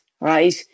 right